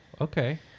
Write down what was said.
okay